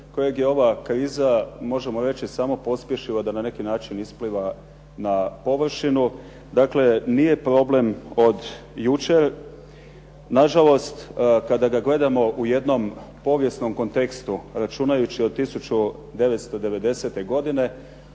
kojeg je ova kriza možemo reći samo pospješila da na neki način ispliva na površinu dakle nije problem od jučer. Nažalost, kada ga gledamo u jednom povijesnom kontekstu računajući od 1990. godine